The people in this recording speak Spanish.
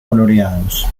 coloreados